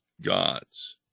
gods